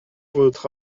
votre